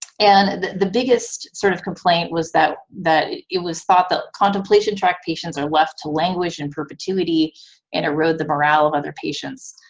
and the the biggest sort of complaint was that, that it was thought the contemplation track patients are left to languish in perpetuity and erode the morale of other patients.